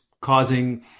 causing